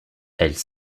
elles